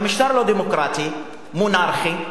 במשטר לא דמוקרטי, מונרכי,